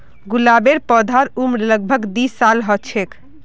गुलाबेर पौधार उम्र लग भग दी साल ह छे